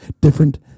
different